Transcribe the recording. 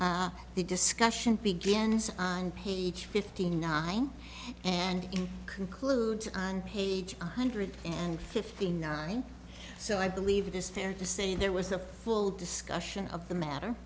the discussion begins on page fifty nine and concludes on page one hundred and fifty nine so i believe it is fair to say there was a full discussion of the matter